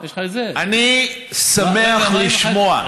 אני שמח לשמוע.